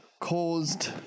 caused